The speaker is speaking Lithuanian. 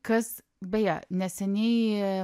kas beje neseniai